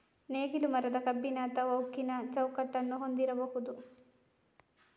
ನೇಗಿಲು ಮರದ, ಕಬ್ಬಿಣ ಅಥವಾ ಉಕ್ಕಿನ ಚೌಕಟ್ಟನ್ನು ಹೊಂದಿರಬಹುದು